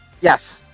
Yes